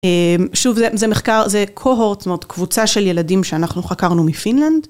שוב, זה מחקר, זה קוהורט, זאת אומרת קבוצה של ילדים שאנחנו חקרנו מפינלנד.